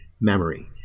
memory